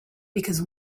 because